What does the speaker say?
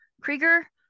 Krieger